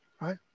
right